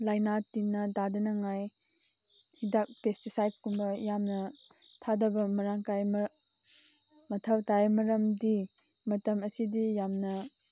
ꯂꯥꯏꯅꯥ ꯇꯤꯟꯅꯥ ꯇꯥꯗꯅꯉꯥꯏ ꯍꯤꯗꯥꯛ ꯄꯦꯁꯇꯤꯁꯥꯏꯠꯀꯨꯝꯕ ꯌꯥꯝꯅ ꯊꯥꯗꯕ ꯃꯔꯥꯡ ꯀꯥꯏꯅ ꯃꯊꯧ ꯇꯥꯏ ꯃꯔꯝꯗꯤ ꯃꯇꯝ ꯑꯁꯤꯗꯤ ꯌꯥꯝꯅ